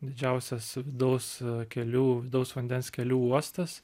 didžiausias vidaus kelių vidaus vandens kelių uostas